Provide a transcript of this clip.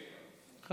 נגד.